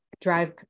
drive